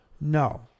No